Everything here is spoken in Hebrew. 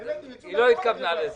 היא לא התכוונה לזה.